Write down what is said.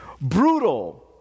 Brutal